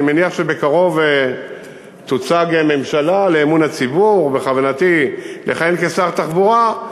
אני מניח שבקרוב תוצג ממשלה לאמון הציבור ובכוונתי לכהן כשר התחבורה.